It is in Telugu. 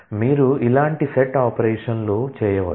మీరు ఇలాంటి సెట్ ఆపరేషన్లు చేయవచ్చు